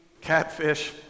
catfish